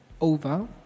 Over